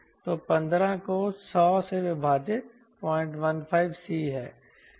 तो 15 को सौ से विभाजित 015 c है